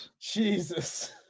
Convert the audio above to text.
Jesus